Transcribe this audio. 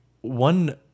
one